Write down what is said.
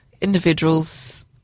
individuals